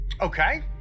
Okay